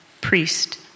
priest